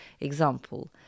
example